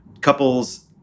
couples